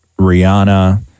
Rihanna